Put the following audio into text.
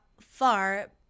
far